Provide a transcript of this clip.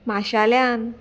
माशेल्यान